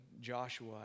Joshua